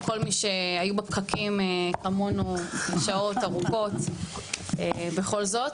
מי שהיו בפקקים כמונו שעות ארוכות בכל זאת,